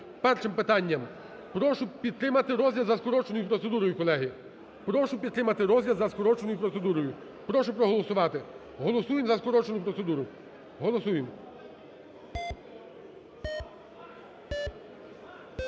колеги. Прошу підтримати розгляд за скороченою процедурою. Прошу проголосувати. Голосуємо за скорочену процедуру. Голосуємо.